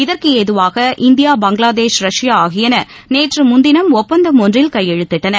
இதற்கு ஏதுவாக India Bangladesh Russia ஆகியன நேற்று முன்தினம் ஒப்பந்தம் ஒன்றில் கையெழுத்திட்டன